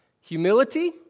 humility